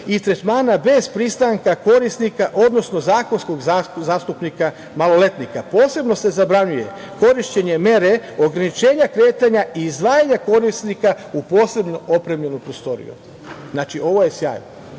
i tretmana bez pristanka korisnika, odnosno zakonskog zastupnika maloletnika. „Posebno se zabranjuje korišćenje mere ograničenja kretanja i izdvajanja korisnika u posebno opremljenu prostoriju.“ Ovo je sjajno.